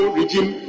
regime